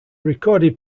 recorded